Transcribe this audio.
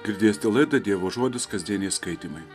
girdėsite laidą dievo žodis kasdieniai skaitymai